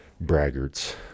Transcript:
braggarts